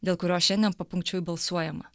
dėl kurio šiandien papunkčiui balsuojama